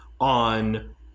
on